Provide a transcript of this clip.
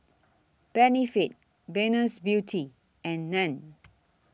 Benefit Venus Beauty and NAN